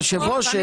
היושב-ראש,